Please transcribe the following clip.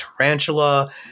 tarantula